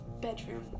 bedroom